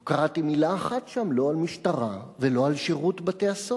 לא קראתי מלה אחת שם לא על משטרה ולא על שירות בתי-הסוהר.